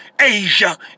Asia